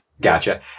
Gotcha